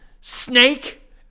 Snake